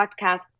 podcasts